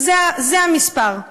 זה המספר,